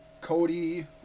Cody